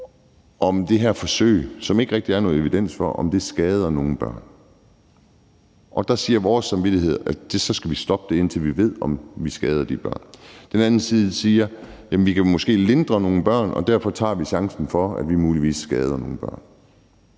til det her forsøg, hvor der ikke rigtig er nogen evidens for, at det skader nogle børn, og der siger vores samvittighed, at vi skal stoppe det, indtil vi ved, om vi skader de børn. Den anden side siger, at man måske kan lindre det for nogle børn, og at man derfor tager chancen, i forhold til at man muligvis skader nogle børn.